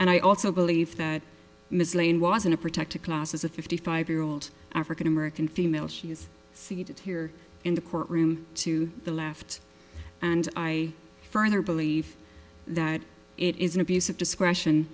and i also believe that miss lane was in a protected class as a fifty five year old african american female she's seated here in the court room to the left and i further believe that it is an abuse of discretion